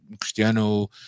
Cristiano